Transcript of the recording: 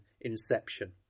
Inception